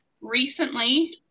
recently